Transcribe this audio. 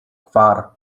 kvar